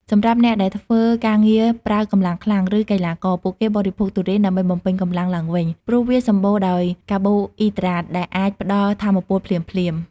សម្រាប់អ្នកដែលធ្វើការងារប្រើកម្លាំងខ្លាំង ឬកីឡាករ ពួកគេបរិភោគទុរេនដើម្បីបំពេញកម្លាំងឡើងវិញ ព្រោះវាសម្បូរដោយកាបូអ៊ីដ្រាតដែលអាចផ្តល់ថាមពលភ្លាមៗ។